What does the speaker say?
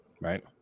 right